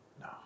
No